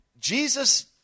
Jesus